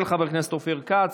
של חבר הכנסת אופיר כץ.